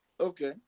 Okay